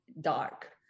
dark